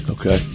Okay